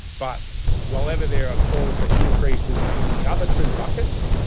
but while ever there are calls for increases in the other two buckets,